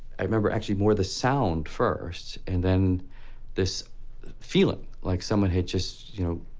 i remember actually more the sound first, and then this feeling, like someone had just, you know.